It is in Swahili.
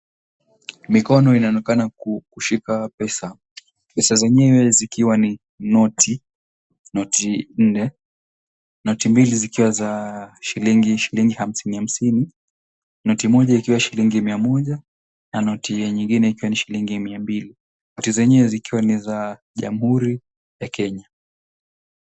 Mikono inaonekana kushika pesa. Pesa zenyewe zikiwa ni noti, noti nne, noti mbili zikiwa za shilingi hamsini hamsini noti moja ikiwa shilingi mia moja na noti ingine ikiwa ni shilingi mia mbili. Noti zenyewe zikiwa ni za Jamhuri ya Kenya.